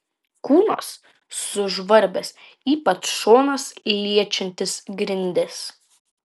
kūnas sužvarbęs ypač šonas liečiantis grindis